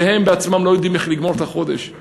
והם בעצמם לא יודעים איך לגמור את החודש,